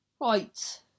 right